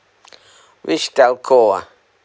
which telco ah